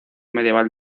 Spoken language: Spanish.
medieval